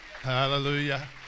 Hallelujah